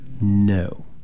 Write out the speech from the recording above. No